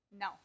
No